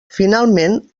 finalment